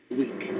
week